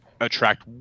attract